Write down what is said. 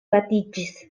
batiĝis